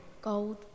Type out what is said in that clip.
Gold